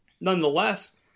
Nonetheless